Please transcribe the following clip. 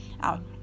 out